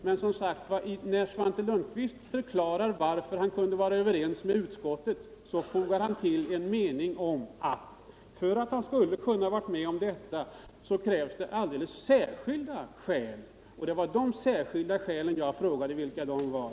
Men när Svante Lundkvist förklarar varför han kunde ställa sig bakom utskottsskrivningen fogar han till en mening om att det, för att han skulle kunna gå med på detta, krävs alldeles särskilda skäl, och det var dessa som jag frågade efter.